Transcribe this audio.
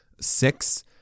six